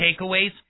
takeaways